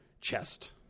chest